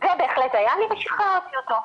זה בהחלט היה לי ושחררתי אותו.